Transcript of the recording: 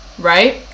Right